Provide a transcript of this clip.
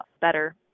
better